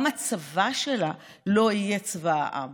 גם הצבא שלה לא יהיה צבא העם.